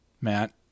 Matt